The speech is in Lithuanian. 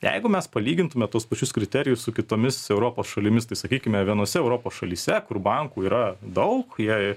jeigu mes palygintume tuos pačius kriterijus su kitomis europos šalimis tai sakykime vienose europos šalyse kur bankų yra daug jei